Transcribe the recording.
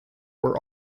were